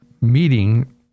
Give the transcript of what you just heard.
meeting